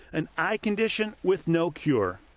an eye condition with no cure.